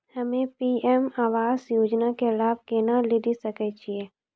हम्मे पी.एम आवास योजना के लाभ केना लेली सकै छियै?